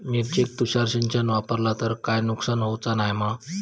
मिरचेक तुषार सिंचन वापरला तर काय नुकसान होऊचा नाय मा?